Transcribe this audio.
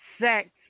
sex